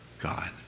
God